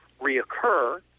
reoccur